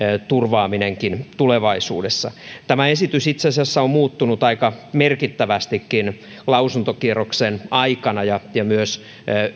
turvaaminen tulevaisuudessa tämä esitys itse asiassa on muuttunut aika merkittävästikin lausuntokierroksen ja ja myös